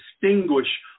distinguish